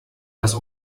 das